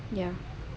ya